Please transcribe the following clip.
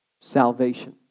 salvation